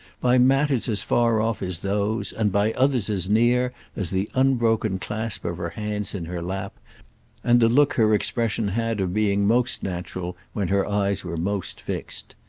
by matters as far off as those and by others as near as the unbroken clasp of her hands in her lap and the look her expression had of being most natural when her eyes were most fixed.